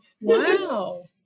Wow